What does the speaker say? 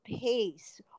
pace